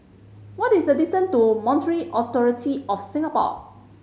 what is the distance to Monetary Authority Of Singapore